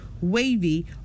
wavy